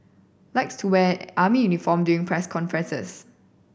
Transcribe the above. likes to wear army uniform during press conferences